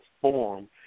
form